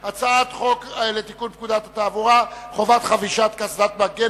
אני קובע שהצעת החוק לתיקון פקודת התעבורה בעניין חובת חבישת קסדת מגן,